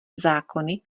zákony